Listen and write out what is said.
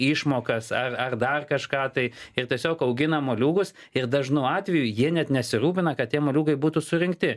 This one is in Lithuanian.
išmokas ar ar dar kažką tai ir tiesiog augina moliūgus ir dažnu atveju jie net nesirūpina kad tie moliūgai būtų surinkti